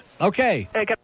Okay